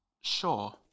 Sure